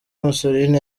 mussolini